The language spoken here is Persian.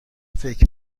فکر